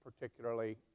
particularly